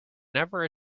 never